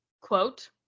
quote